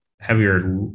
heavier